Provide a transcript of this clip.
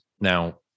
now